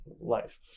life